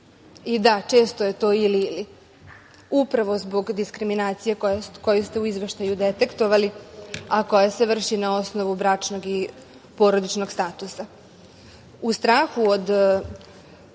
I da često je to ili ili, upravo zbog diskriminacije koju ste izveštaju detektovali, a koja se vrši na osnovu bračnog i porodičnog statusa.U